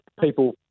people